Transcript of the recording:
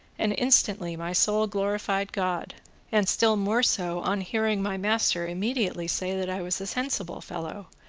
and instantly my soul glorified god and still more so on hearing my master immediately say that i was a sensible fellow,